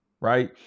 right